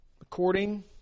According